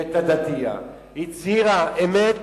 היא היתה דתייה, הצהירה אמת